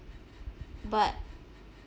but